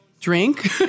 drink